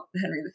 Henry